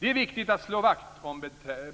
Det är viktigt att slå vakt om